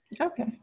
Okay